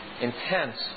intense